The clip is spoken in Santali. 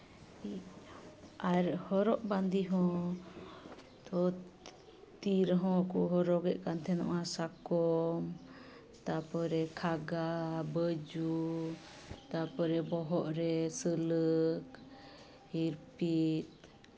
ᱟᱨ ᱦᱚᱨᱚᱜ ᱵᱟᱸᱫᱮ ᱦᱚᱸ ᱛᱚ ᱛᱤ ᱨᱮᱦᱚᱸ ᱠᱚ ᱦᱚᱨᱚᱜᱮᱜ ᱠᱟᱱ ᱛᱟᱦᱮᱱᱟ ᱥᱟᱠᱚᱢ ᱛᱟᱨᱯᱚᱨᱮ ᱠᱷᱟᱜᱟ ᱵᱟᱹᱡᱩ ᱛᱟᱨᱯᱚᱨᱮ ᱵᱚᱦᱚᱜ ᱨᱮ ᱥᱩᱞᱟᱹᱠ ᱦᱤᱨᱯᱤᱫ